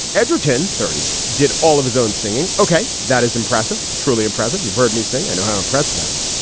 edgerton, thirty, did all of his own singing. ok, that is impressive. truly impressive. you've heard me sing. i know how impressive that is.